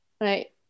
Right